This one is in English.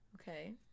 Okay